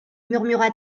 murmura